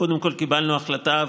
קודם כול קיבלנו החלטה,